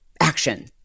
action